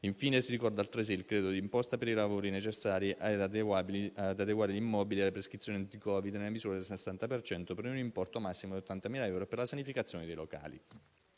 Infine, si ricorda altresì il credito di imposta per i lavori necessari ad adeguare gli immobili alle prescrizioni anti-Covid nella misura del 60 per cento, per un importo massimo di 80.000 euro per la sanificazione dei locali.